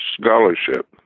scholarship